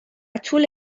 طول